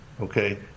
okay